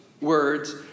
words